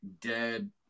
dead